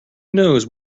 knows